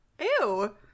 Ew